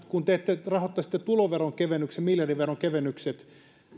kun te rahoittaisitte tuloveron kevennykset miljardin veronkevennykset